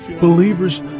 believers